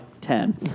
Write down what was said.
ten